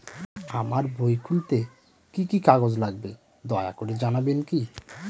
আমার বই খুলতে কি কি কাগজ লাগবে দয়া করে জানাবেন কি?